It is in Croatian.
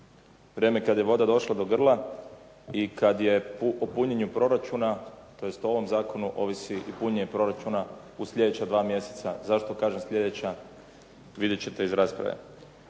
vrijeme kad je voda došla do grla i kad je o punjenju proračuna, tj. o ovom zakonu ovisi i punjenje proračuna u sljedeća 2 mjeseca. Zašto kažem sljedeća, vidjet ćete iz rasprave.